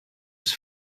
was